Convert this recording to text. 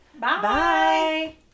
bye